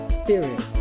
spirit